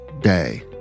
day